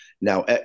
Now